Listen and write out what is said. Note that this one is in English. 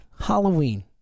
Halloween